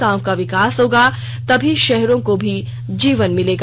गांव का विकास होगा तभी शहरों को भी जीवन मिलेगा